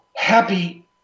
Happy